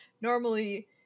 normally